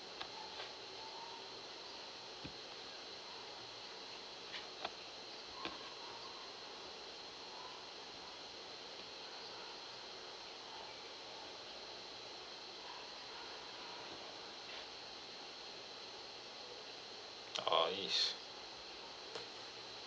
oh is